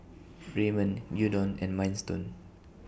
Ramen Gyudon and Minestrone